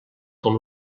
com